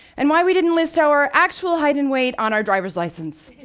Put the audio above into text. and why we didn't list our actual height and weight on our driver's license.